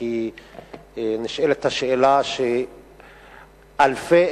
כי נשאלת השאלה שאלפי,